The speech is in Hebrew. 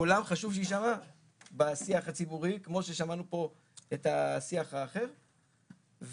שקולם יישמע בשיח הציבורי כמו ששמענו פה את השיח האחר,